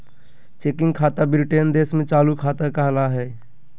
checking खाता Britain देश में चालू खाता कहला हय